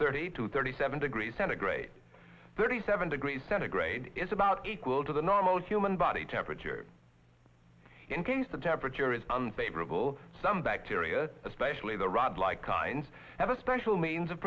thirty to thirty seven degrees centigrade thirty seven degrees centigrade is about equal to the normal human body prichard in case the temperature is unfavorable some bacteria especially the rod like kinds have a special means of